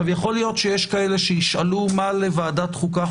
יכול להיות שיש כאלה שישאלו מה לוועדת החוקה,